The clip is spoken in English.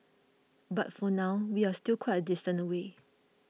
but for now we're still quite a distance away